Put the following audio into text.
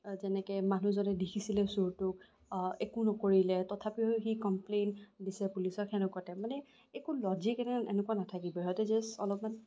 যেনেকে মানুহজনে দেখিছিলে চোৰটোক একো নকৰিলে তথাপিও সি কমপ্লেইন দিছে পুলিচক সেনেকুৱা টাইপ মানে একো লজিক এটা এনেকুৱা নাথাকিব সিহঁতে জাচ্ অলপমান